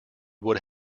would